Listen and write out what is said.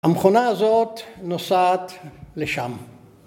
‫המכונה הזאת נוסעת לשם.